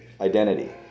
identity